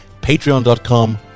Patreon.com